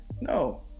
no